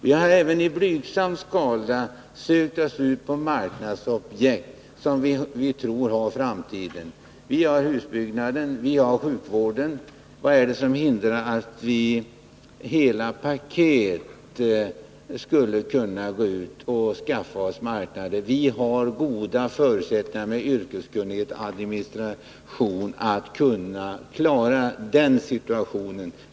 Vi har även i blygsam skala sökt oss till marknadsobjekt för utlandsmarknader som vi tror har en framtid, t.ex. husbyggnad och sjukvård. Vad är det som hindrar att vi går ut med hela paket och skaffar oss marknader? Vi har goda förutsättningar att klara den situationen med yrkeskunnighet och god administration som vi besitter.